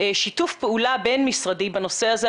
שיתוף פעולה בין משרדי בנושא הזה,